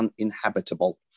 uninhabitable